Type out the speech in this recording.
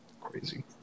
crazy